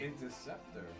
interceptor